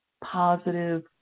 positive